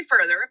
further